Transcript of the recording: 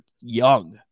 young